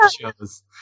shows